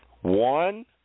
One